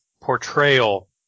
portrayal